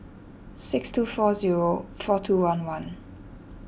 six two four zero four two one one